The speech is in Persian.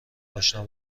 اشنا